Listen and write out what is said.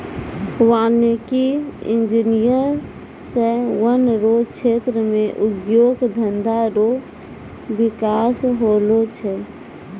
वानिकी इंजीनियर से वन रो क्षेत्र मे उद्योग धंधा रो बिकास होलो छै